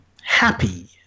happy